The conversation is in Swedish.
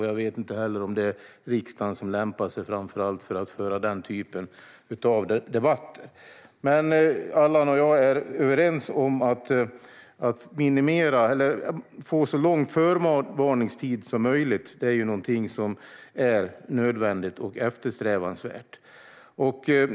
Jag vet inte heller om det är framför allt riksdagen som lämpar sig för att föra den typen av debatter. Allan och jag är överens om att det är nödvändigt och eftersträvansvärt att få så lång förvarningstid som möjligt.